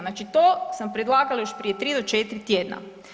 Znači to sam predlagala još prije 3 ili 4 tjedna.